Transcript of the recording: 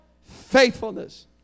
faithfulness